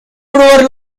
probar